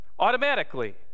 Automatically